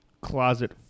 closet